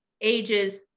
ages